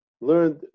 learned